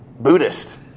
Buddhist